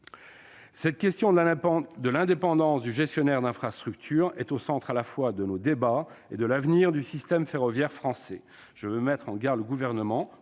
Cette question de l'indépendance du gestionnaire d'infrastructure est au centre à la fois de nos débats et de l'avenir du système ferroviaire français. Je veux mettre en garde le Gouvernement